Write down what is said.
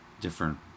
different